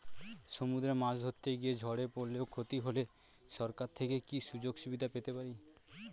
সমুদ্রে মাছ ধরতে গিয়ে ঝড়ে পরলে ও ক্ষতি হলে সরকার থেকে কি সুযোগ সুবিধা পেতে পারি?